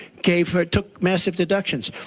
gave her took massive deductions.